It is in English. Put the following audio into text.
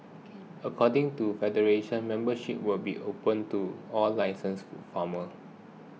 according to federation membership will be opened to all licensed food farmers